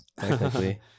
technically